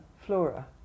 flora